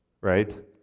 right